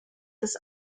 des